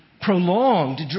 prolonged